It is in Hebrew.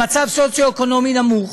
במצב סוציו-אקונומי נמוך,